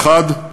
האחד,